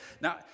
Now